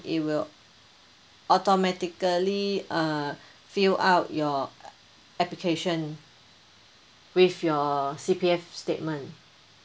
it will all automatically uh fill up your application with your C_P_F statement